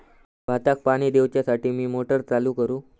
भाताक पाणी दिवच्यासाठी मी मोटर चालू करू?